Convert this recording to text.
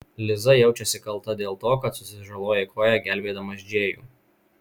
liza jaučiasi kalta dėl to kad susižalojai koją gelbėdamas džėjų